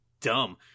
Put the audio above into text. dumb